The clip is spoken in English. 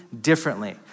differently